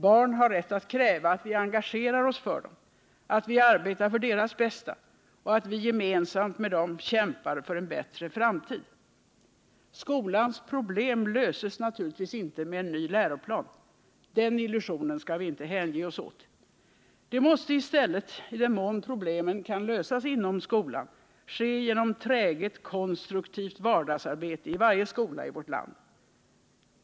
Barn har rätt att kräva att vi engagerar oss för dem, att vi arbetar för deras bästa och att vi gemensamt med dem kämpar för en bättre framtid. Skolans problem löses naturligtvis inte med en ny läroplan. Den illusionen skall vi inte hänge oss åt. Det måste i stället — i den mån problemen kan lösas inom skolan — ske genom träget, konstruktivt vardagsarbete i varje skola i vårt land.